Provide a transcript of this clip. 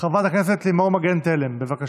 חברת הכנסת לימור מגן תלם, בבקשה.